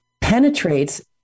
penetrates